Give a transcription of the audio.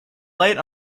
light